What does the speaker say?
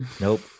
nope